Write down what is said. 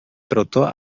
proto